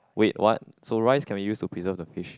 wait what so rice can we use to preserve the fish